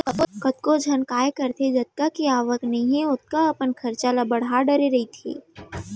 कतको झन काय करथे जतका के आवक नइ हे ओतका अपन खरचा ल बड़हा डरे रहिथे